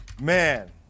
Man